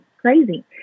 crazy